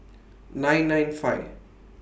nine nine five